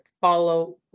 follow